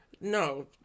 No